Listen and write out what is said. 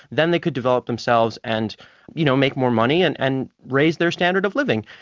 then they could develop themselves and you know make more money and and raise their standard of living.